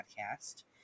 podcast